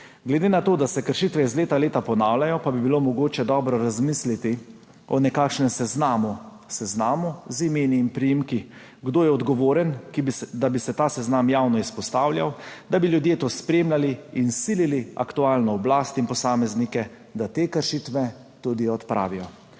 Glede na to, da se kršitve iz leta v leto ponavljajo, pa bi bilo mogoče dobro razmisliti o nekakšnem seznamu, seznamu z imeni in priimki, kdo je odgovoren, da bi se ta seznam javno izpostavljal, da bi ljudje to spremljali in silili aktualno oblast in posameznike, da te kršitve tudi odpravijo.